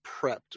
prepped